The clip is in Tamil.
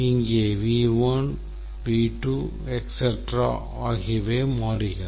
இங்கே V1V2etc ஆகியவை மாறிகள்